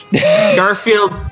Garfield